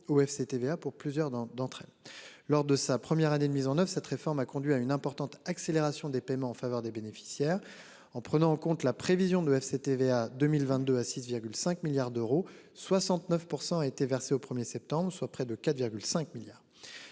ou FCTVA pour plusieurs dans d'entrée lors de sa première année de mise en oeuvre cette réforme a conduit à une importante accélération des paiements en faveur des bénéficiaires en prenant en compte la prévision du FCTVA 2022 à 6, 5 milliards d'euros. 69% a été versé au 1er septembre, soit près de 4,5 milliards.